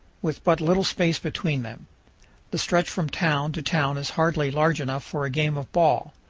with but little space between them the stretch from town to town is hardly large enough for a game of ball.